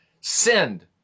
sinned